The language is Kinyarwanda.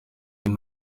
kyle